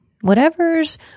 whatever's